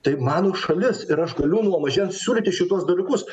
tai mano šalis ir aš galiu nuo mažens siūlyti šituos dalykus